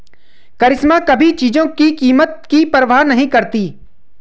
करिश्मा कभी चीजों की कीमत की परवाह नहीं करती